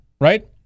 Right